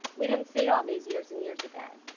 we didn't see all these years and years ago,